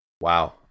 Wow